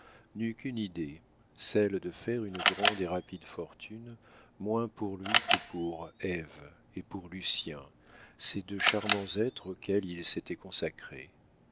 n'eut qu'une idée celle de faire une grande et rapide fortune moins pour lui que pour ève et pour lucien ces deux charmants êtres auxquels il s'était consacré